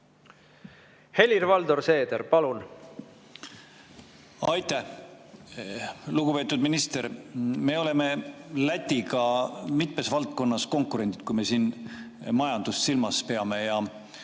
Helir-Valdor Seeder, palun! Aitäh! Lugupeetud minister! Me oleme Lätiga mitmes valdkonnas konkurendid, kui majandust silmas pidada.